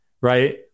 right